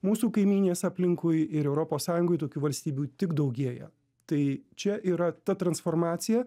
mūsų kaimynės aplinkui ir europos sąjungoj tokių valstybių tik daugėja tai čia yra ta transformacija